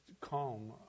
calm